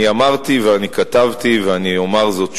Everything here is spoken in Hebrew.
אני אמרתי, ואני כתבתי, ואני אומר זאת שוב,